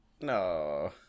No